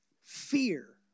fear